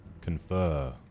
confer